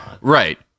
Right